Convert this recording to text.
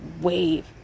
wave